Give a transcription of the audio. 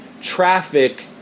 traffic